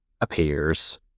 appears